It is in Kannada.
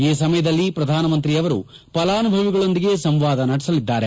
ಈ ಸಮಯದಲ್ಲಿ ಪ್ರಧಾನಮಂತ್ರಿಯವರು ಫಲಾನುಭವಿಗಳೊಂದಿಗೆ ಸಂವಾದ ನಡೆಸಲಿದ್ದಾರೆ